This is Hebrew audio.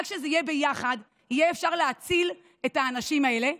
רק כשזה יהיה ביחד יהיה אפשר להציל את האנשים האלה.